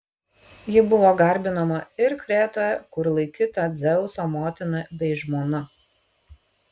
ji buvo garbinama ir kretoje kur laikyta dzeuso motina bei žmona